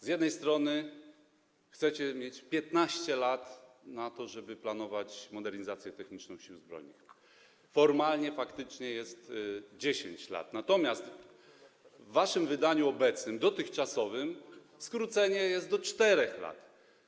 Z jednej strony, chcecie mieć 15 lat na to, żeby planować modernizację techniczną Sił Zbrojnych - formalnie faktycznie jest 10 lat - natomiast z drugiej w waszym wydaniu obecnym, dotychczasowym jest skrócenie tego do 4 lat.